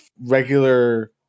regular